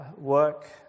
work